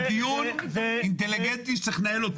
זה דיון שצריך לנהל אותו.